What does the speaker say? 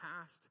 past